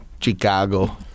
Chicago